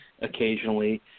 Occasionally